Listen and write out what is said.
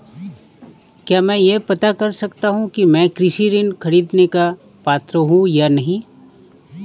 क्या मैं यह पता कर सकता हूँ कि मैं कृषि ऋण ख़रीदने का पात्र हूँ या नहीं?